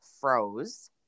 froze